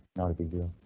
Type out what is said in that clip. not a big deal